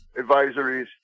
advisories